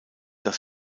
das